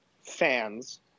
fans